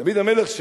דוד המלך,